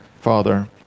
Father